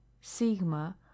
sigma